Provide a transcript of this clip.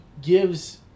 gives